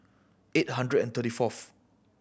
eight hundred and thirty fourth